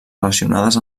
relacionades